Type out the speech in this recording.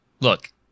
Look